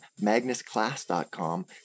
MagnusClass.com